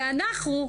ואנחנו,